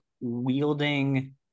wielding